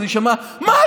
אז היא שמעה: מה?